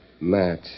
Matt